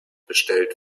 bestellt